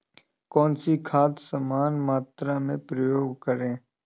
कौन सी खाद समान मात्रा में प्रयोग करें?